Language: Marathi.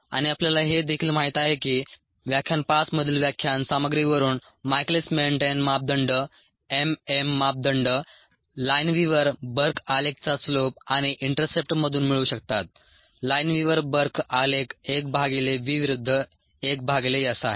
आणि आपल्याला हे देखील माहित आहे की व्याख्यान 5 मधील व्याख्यान सामग्रीवरून मायकेलिस मेंटेन मापदंड m m मापदंड लाइनविव्हर बर्क आलेखचा स्लोप आणि इंटरसेप्टमधून मिळू शकतात लाइनविव्हर बर्क आलेख एक भागिले v विरुद्ध एक भागिले s आहे